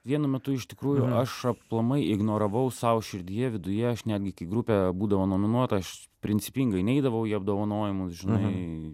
vienu metu iš tikrųjų aš aplamai ignoravau sau širdyje viduje aš netgi kai grupė būdavo nominuota aš principingai neidavau į apdovanojimus žinai